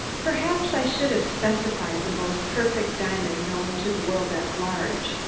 perhaps i should have specified the most perfect diamond known to the world at large,